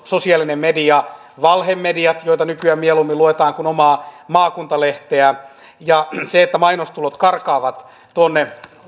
sosiaalinen media valhemediat joita nykyään mieluummin luetaan kuin omaa maakuntalehteä ja se että mainostulot karkaavat tuonne